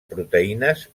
proteïnes